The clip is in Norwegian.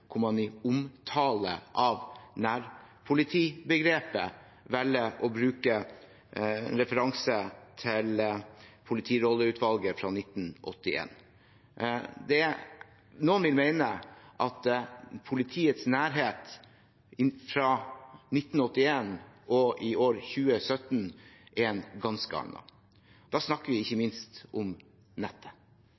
hvor man i omtale av nærpolitibegrepet velger å bruke en referanse til Politirolleutvalget fra 1981. Noen vil mene at politiets nærhet i 1981 i forhold til i år 2017 er en ganske annen. Da snakker vi ikke